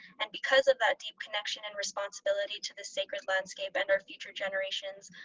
and because of that deep connection and responsibility to the sacred landscape and our future generations,